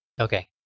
Okay